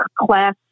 class